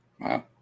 Wow